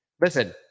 listen